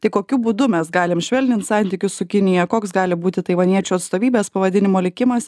tai kokiu būdu mes galim švelnint santykius su kinija koks gali būti taivaniečių atstovybės pavadinimo likimas